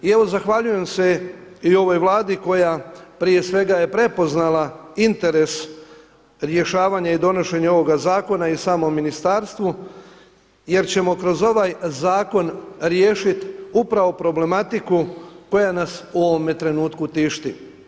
I evo zahvaljujem se i ovoj Vladi koja prije svega je prepoznala interes rješavanje i donošenje ovoga zakona i samom ministarstvu, jer ćemo kroz ovaj zakon riješit upravo problematiku koja nas u ovome trenutku tišti.